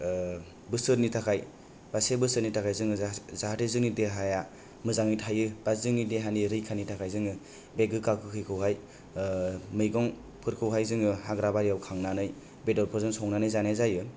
बोसोरनि थाखाय बा से बोसोरनि थाखाय जोङो जाहास जाहाते जोंनि देहाया मोजाङै थायो बा जोंनि देहानि रैखानि थाखाय जोङो बे गोखा गोखै खौहाय मैगंफोरखौहाय जोङो हाग्रा बारिआव खांनानै बेदर फोरजों संनानै जानाय जायो